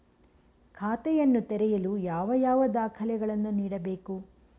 ಖಾತೆಯನ್ನು ತೆರೆಯಲು ಯಾವ ಯಾವ ದಾಖಲೆಗಳನ್ನು ನೀಡಬೇಕು?